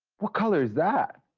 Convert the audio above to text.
what color is that?